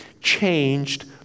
changed